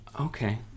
Okay